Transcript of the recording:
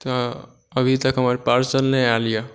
तऽ अभी तक हमर पार्सल नहि आयल यऽ